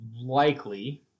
likely